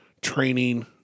training